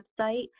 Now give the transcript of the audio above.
website